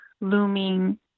looming